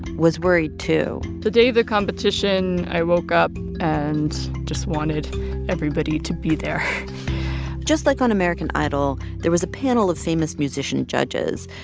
was worried, too the day of the competition, i woke up and just wanted everybody to be there just like on american idol, there was a panel of famous musician judges,